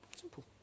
Simple